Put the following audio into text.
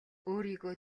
өөрийгөө